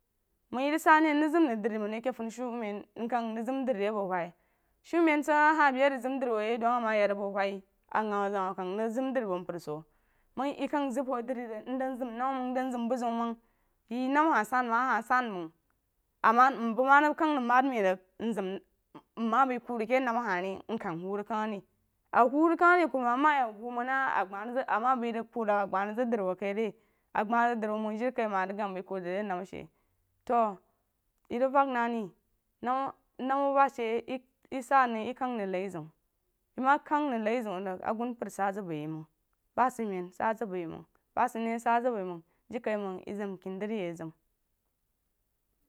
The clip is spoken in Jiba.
Mpər zeun ban bu ba yi məng bəng zəng ku bəi na bu rí nəng du ke bu ku bəi na bu ku bəi na bu mkang bu rig nfan yaku ya mari a i a tang a she fang fang mpər zeur rig huu jai a ku rig du mpər zeun bu ku huu a so she ri masom məng shaa nəng mpər zeun huu ri to ku huu rig ama wuh mpər a jai nai mpər hah sah na bu a ke kunu wuh ri isad bei a jana sid yi ama dəng ba she rig jei wuh dəg wab jana ri ku ma sid di abo kuro ku rig dəng ba a sa hah sansəng a kurumam ye wu a ya pen ri kuru mam kah rig yi wu a ya pen ri ama au sa bu myek bu dui mpər tam masom məng ku zu kuh mpər tam ku tam tam awunu dəng muen re awunu ven rig kad bei ama wuh jana ba yi məng ku rig dəng wuh aii ba a sa she jana wuh ko bu zeun wuh bu bəng rig bəi bəng dəng to a. Rig wuh bu ba wub jana bəng so a wuh məng bəi jana mpər hah nəm wuh sa ku a ke mganuganu mhuu ku wuh nəm mhuu rəng lai bu ba she rig sa ri kad bei a jana a she sid yi wuh kad bei a madi isah sid yi wuh sid wah mpər ba dri bəng ma don məng dəng wuh kad wuh wei bəng so sid hah ama qa ke bu ba dri bəng don məng a rig bad bad bad bad rig wuh bəng ba bəng wa nəm ba yi məng a rig wuh rig gab bu jiri ba whoikam rig mm ba kah bəng shaa bəng yi məng dan bu bəng zaa bəng nəm jiri jana kəi